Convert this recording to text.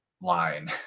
line